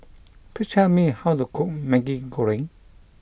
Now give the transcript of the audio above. Please tell me how to cook Maggi Goreng